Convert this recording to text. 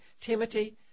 Timothy